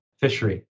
fishery